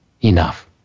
enough